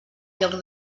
lloc